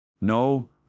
No